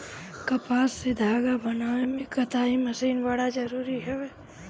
कपास से धागा बनावे में कताई मशीन बड़ा जरूरी हवे